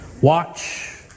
Watch